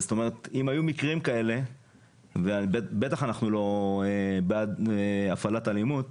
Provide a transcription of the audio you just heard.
זאת אומרת, בטח שאנחנו לא בעד הפעלת אלימות,